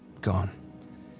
gone